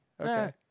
Okay